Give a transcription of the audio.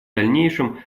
дальнейшем